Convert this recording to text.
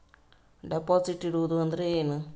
Deposit ಇಡುವುದು ಅಂದ್ರ ಏನ?